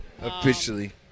officially